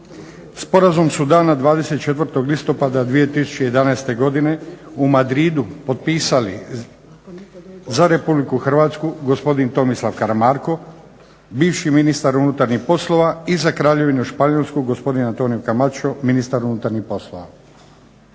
Sporazum su dana 24. listopada 2011. godine u Madridu potpisali za Republiku Hrvatsku gospodin Tomislav Karamarko, bivši ministar unutarnjih poslova i za Kraljevinu Španjolsku gospodin Antonio Camacho ministar unutarnjih